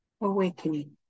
awakening